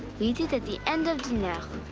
we eat it at the end of dinner.